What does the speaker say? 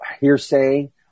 hearsay